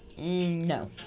No